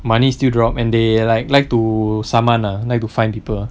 money still drop and they like like to summon lah like to fine people